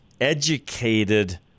educated